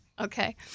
Okay